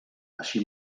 així